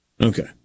Okay